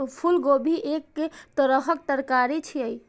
फूलगोभी एक तरहक तरकारी छियै